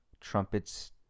Trumpets